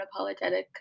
unapologetic